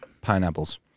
Pineapples